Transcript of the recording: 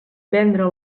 vendre